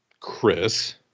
Chris